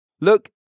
Look